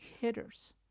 hitters